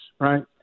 right